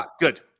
Good